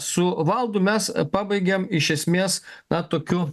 su valdu mes pabaigėme iš esmės na tokiu